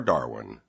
Darwin